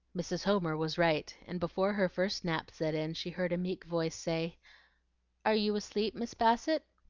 mrs. homer was right, and before her first nap set in she heard a meek voice say are you asleep, miss bassett?